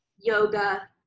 yoga